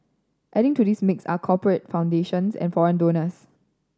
adding to this mix are corporate foundations and foreign donors